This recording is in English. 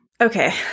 Okay